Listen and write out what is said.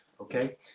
okay